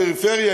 פריפריה,